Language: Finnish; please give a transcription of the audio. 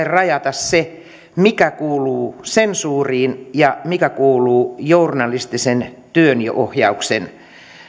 rajata se mikä kuuluu sensuuriin ja mikä kuuluu journalistisen työnohjauksen